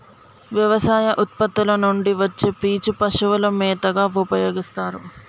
వ్యవసాయ ఉత్పత్తుల నుండి వచ్చే పీచు పశువుల మేతగా ఉపయోస్తారు